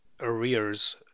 arrears